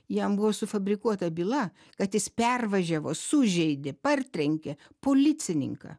jam buvo sufabrikuota byla kad jis pervažiavo sužeidė partrenkė policininką